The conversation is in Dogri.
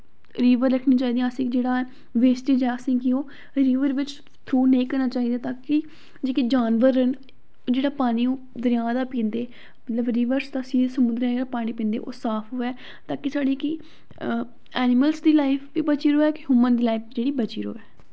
रिवर रक्खनी चाही दियां असें जेह्ड़ा ऐ वेस्टेज़ ऐ असें गी ओह् रिवर बिच्च थ्रो नेंई करना चाही दा ताकि जेह्के जानवर न जेह्ड़ा पानी ओह् दरिया दा पींदें ओह् मतलव रिवरस दा सी समुंदरें दा जेह्ड़ा पानी पींदे ओह् साफ होऐ ताकि साढ़ी जेह्की ऐनीमल्स दी लाईफ बी बची रवै चे हयूमन दी लाईफ जेह्ड़ी बची रवै